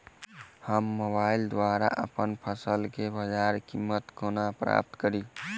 हम मोबाइल द्वारा अप्पन फसल केँ बजार कीमत कोना प्राप्त कड़ी?